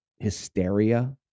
hysteria